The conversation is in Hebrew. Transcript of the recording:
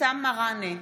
אבתיסאם מראענה,